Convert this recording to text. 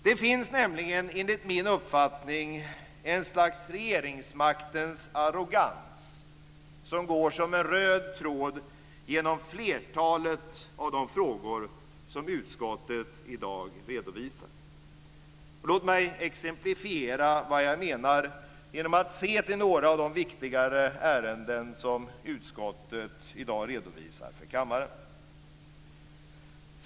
Det finns nämligen enligt min uppfattning ett slags regeringsmaktens arrogans som går som en röd tråd genom flertalet av de frågor som utskottet i dag redovisar. Låt mig exemplifiera vad jag menar genom att se till några av de viktigare ärenden som utskottet i dag redovisar för kammaren.